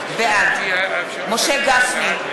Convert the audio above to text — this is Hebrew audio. בעד משה גפני,